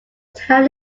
town